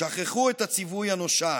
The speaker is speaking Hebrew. שכחו את הציווי הנושן.